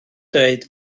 dweud